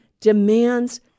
demands